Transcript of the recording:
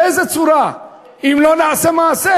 באיזה צורה אם לא נעשה מעשה?